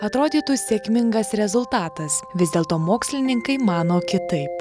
atrodytų sėkmingas rezultatas vis dėlto mokslininkai mano kitaip